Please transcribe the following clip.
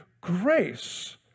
grace